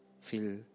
feel